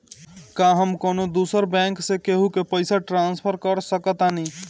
का हम कौनो दूसर बैंक से केहू के पैसा ट्रांसफर कर सकतानी?